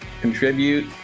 contribute